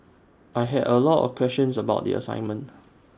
I had A lot of questions about the assignment